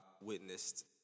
witnessed